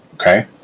Okay